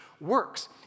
works